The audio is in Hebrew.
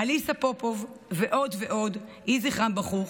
אוליסיה פופוב ועוד ועוד, יהי זכרם ברוך,